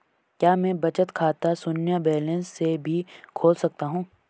क्या मैं बचत खाता शून्य बैलेंस से भी खोल सकता हूँ?